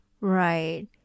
Right